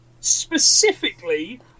Specifically